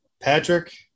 Patrick